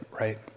right